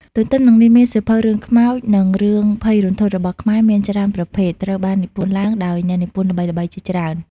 ទន្ទឹមនឹងនេះ មានសៀវភៅរឿងខ្មោច និងរឿងភ័យរន្ធត់របស់ខ្មែរមានច្រើនប្រភេទ ត្រូវបាននិពន្ធឡើងដោយអ្នកនិពន្ធល្បីៗជាច្រើន។